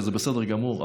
וזה בסדר גמור,